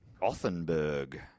Gothenburg